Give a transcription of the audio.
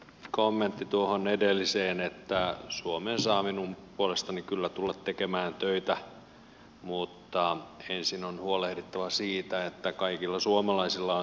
kommentti tuohon edelliseen että suomeen saa minun puolestani kyllä tulla tekemään töitä mutta ensin on huolehdittava siitä että kaikilla suomalaisilla on töitä